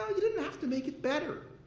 you didn't have to make it better.